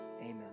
Amen